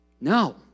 No